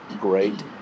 great